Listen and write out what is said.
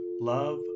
Love